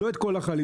לא את כל החליפה.